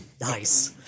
nice